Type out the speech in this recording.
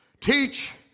Teach